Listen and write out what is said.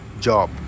job